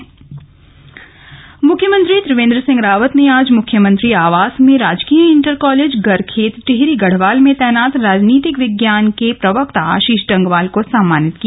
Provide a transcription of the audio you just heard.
शिक्षक सम्मान मुख्यमंत्री त्रिवेन्द्र सिंह रावत ने आज मुख्यमंत्री आवास में राजकीय इंटर कॉलेज गरखेत टिहरी गढ़वाल में तैनात राजनीतिक विज्ञान के प्रवक्ता आशीष डंगवाल को सम्मानित किया